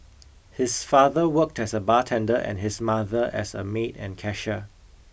his father worked as a bartender and his mother as a maid and cashier